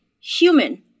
human